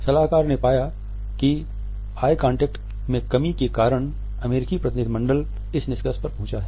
सलाहकार ने पाया कि ऑय कांटेक्ट की कमी के कारण अमेरिकी प्रतिनिधि मंडल इस निष्कर्ष पर पहुंचा है